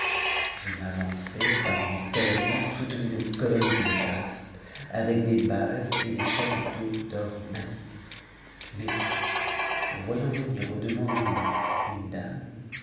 je m'avançai par une galerie soutenue de colonnes de jaspe avec des bases et des chapiteaux d'or massif mais voyant venir au-devant de moi une dame